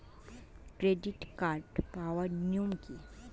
Credit card পাওয়ার নিয়ম কী?